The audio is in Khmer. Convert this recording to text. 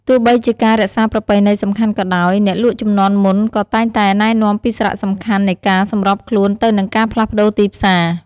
ទោះបីជាការរក្សាប្រពៃណីសំខាន់ក៏ដោយ អ្នកលក់ជំនាន់មុនក៏តែងតែណែនាំពីសារៈសំខាន់នៃការសម្របខ្លួនទៅនឹងការផ្លាស់ប្ដូរទីផ្សារ។